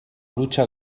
lucha